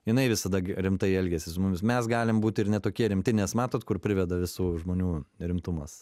jinai visada rimtai elgiasi su mums mes galim būt ir ne tokie rimti nes matot kur priveda visų žmonių rimtumas